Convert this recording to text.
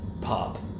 Pop